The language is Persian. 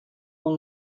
اون